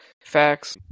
Facts